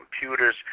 computers